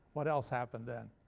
what else happened then?